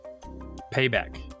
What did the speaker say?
Payback